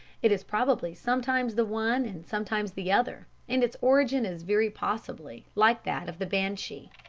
it is probably sometimes the one and sometimes the other and its origin is very possibly like that of the banshee.